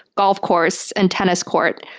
golf course, and tennis court.